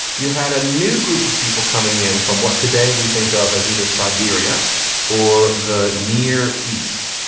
you had a new group of people coming in from what today we think of as either siberia or the near east.